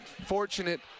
fortunate